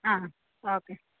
ആ ഓക്കെ